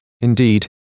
indeed